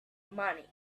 money